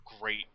great